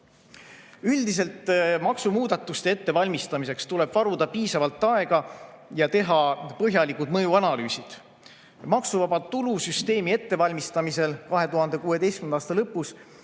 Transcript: Üldiselt tuleb maksumuudatuste ettevalmistamiseks varuda piisavalt aega ja teha põhjalikud mõjuanalüüsid. Maksuvaba tulu süsteemi ettevalmistamisel 2016. aasta lõpus